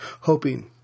hoping